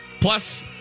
Plus